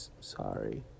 Sorry